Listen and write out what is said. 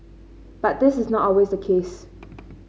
but this is not always the case